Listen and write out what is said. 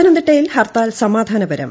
പത്തനംതിട്ടയിൽ ഹർത്താൽ സമാധാനപരം